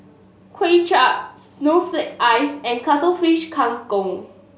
Kway Chap snowflake ice and Cuttlefish Kang Kong